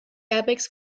airbags